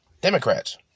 Democrats